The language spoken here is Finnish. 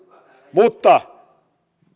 mutta